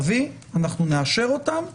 אנחנו לא יודעים לומר.